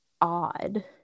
odd